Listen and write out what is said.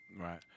Right